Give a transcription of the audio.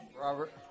Robert